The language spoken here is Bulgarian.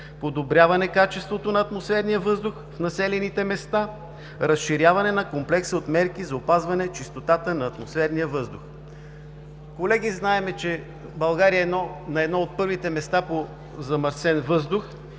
подобряване качеството на атмосферния въздух в населените места, разширяване на комплекса от мерки за опазване чистотата на атмосферния въздух. Колеги, знаем, че България е на едно от първите места по замърсен въздух